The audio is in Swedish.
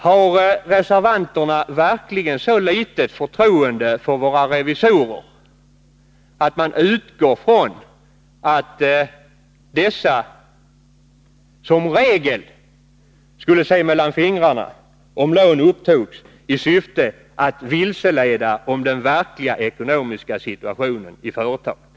Har reservanterna verkligen så litet förtroende för våra revisorer att de utgår från att dessa som regel skulle se mellan fingrarna, om lån upptogs i syfte att vilseleda beträffande den verkliga ekonomiska situationen i företaget?